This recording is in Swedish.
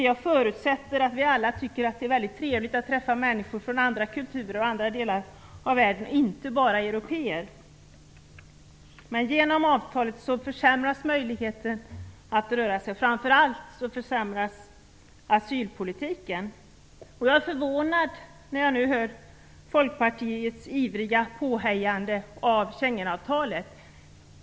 Jag förutsätter att vi alla tycker att det är väldigt trevligt att träffa människor från andra kulturer och andra delar av världen och inte bara européer. Men genom avtalet försämras möjligheten att röra sig, och framför allt försämras asylpolitiken. Jag blir förvånad när jag hör Folkpartiets ivriga påhejande av Schengenavtalet.